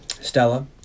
Stella